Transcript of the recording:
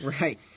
Right